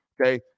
Okay